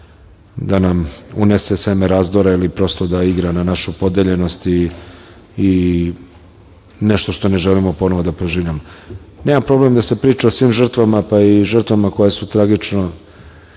da nam unese seme razdora, prosto da igra na našu podeljenost i nešto što ne želimo ponovo da preživljavamo. Nemam problem da se priča o svim žrtvama, pa i žrtvama koje su tragično